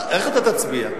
איך אתה תצביע?